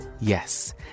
Yes